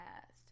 past